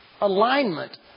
Alignment